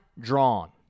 drawn